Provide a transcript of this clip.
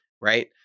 Right